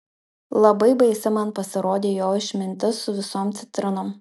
labai baisi man pasirodė jo išmintis su visom citrinom